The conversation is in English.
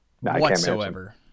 whatsoever